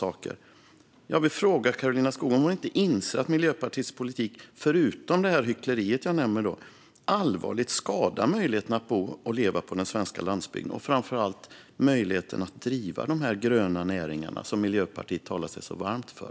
Inser inte Karolina Skog att Miljöpartiets politik, utöver hyckleriet, allvarligt skadar möjligheten att bo och leva på den svenska landsbygden och framför allt möjligheten att driva de gröna näringar som Miljöpartiet talar sig så varmt för?